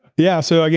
yeah. so,